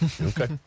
Okay